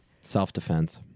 Self-defense